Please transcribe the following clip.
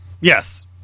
Yes